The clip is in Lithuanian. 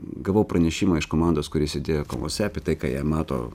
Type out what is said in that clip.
gavau pranešimą iš komandos kuri sėdėjo kalvose apie tai ką jie mato